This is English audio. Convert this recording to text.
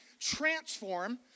transform